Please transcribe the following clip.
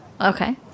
okay